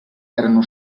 erano